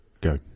Go